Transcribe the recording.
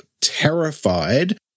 terrified